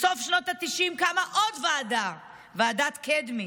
בסוף שנות התשעים קמה עוד ועדה, ועדת קדמי,